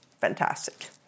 Fantastic